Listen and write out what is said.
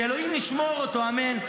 שאלוהים ישמור אותו אמן,